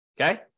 Okay